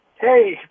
Hey